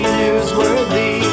newsworthy